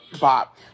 bop